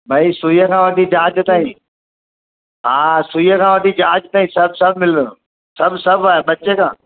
भाई सुई खां वठी जहाज ताईं हा सुई खां वठी जहाज ताईं सभु सभु मिलंदो सभु सभु आहे बच्चे खां